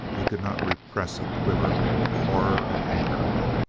he could not repress a quiver of horror and anger,